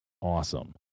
awesome